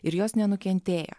ir jos nenukentėjo